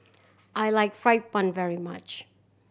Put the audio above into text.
I like fried bun very much